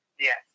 Yes